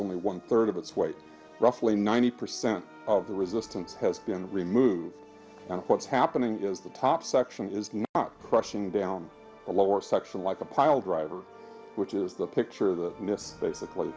only one third of its weight roughly ninety percent of the resistance has been removed and what's happening is the top section is crushing down the lower section like a pile driver which is the picture that miss basically